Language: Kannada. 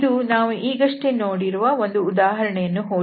ಇದು ನಾವು ಈಗಷ್ಟೇ ನೋಡಿರುವ ಒಂದು ಉದಾಹರಣೆಯನ್ನು ಹೋಲುತ್ತದೆ